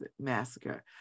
massacre